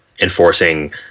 enforcing